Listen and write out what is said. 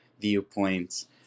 viewpoints